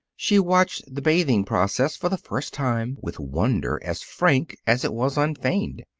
she watched the bathing-process for the first time with wonder as frank as it was unfeigned.